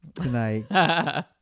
tonight